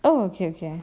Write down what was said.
oh okay okay